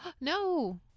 No